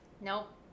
Nope